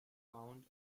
found